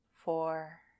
four